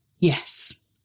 Yes